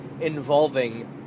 involving